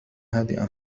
هادئا